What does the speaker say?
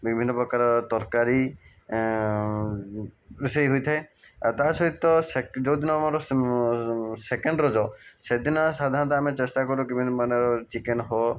ବିଭିନ୍ନ ପ୍ରକାର ତରକାରୀ ରୋଷେଇ ହୋଇଥାଏ ଆଉ ତାହା ସହିତ ଯେଉଁ ଦିନ ଆମର ସେକେଣ୍ଡ ରଜ ସେଦିନ ସାଧାରଣତଃ ଆମେ ଚେଷ୍ଟା କରୁ କିମିତି ମାନେ ଚିକେନ ହେବ